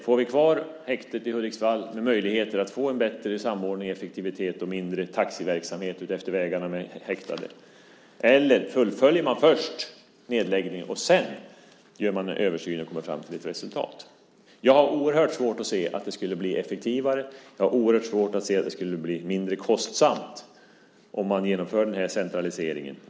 Får vi kvar häktet i Hudiksvall med möjligheter att få en bättre samordning och effektivitet och mindre taxiverksamhet utefter vägarna med häktade, eller fullföljer man först nedläggningen och gör sedan översynen och kommer fram till ett resultat? Jag har oerhört svårt att se att det skulle bli effektivare. Jag har oerhört svårt att se att det skulle bli mindre kostsamt om man genomför den här centraliseringen.